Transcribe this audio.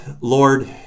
Lord